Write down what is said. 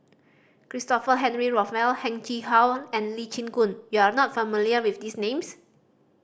Christopher Henry Rothwell Heng Chee How and Lee Chin Koon you are not familiar with these names